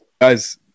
guys